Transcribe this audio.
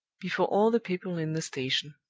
before all the people in the station.